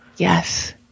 Yes